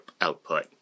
output